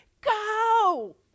go